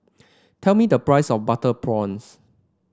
tell me the price of Butter Prawns